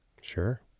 Sure